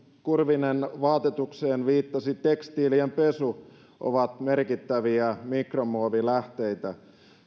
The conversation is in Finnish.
kurvinen vaatetukseen viittasi tekstiilien pesu ovat merkittäviä mikromuovilähteitä